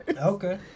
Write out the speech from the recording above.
Okay